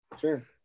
Sure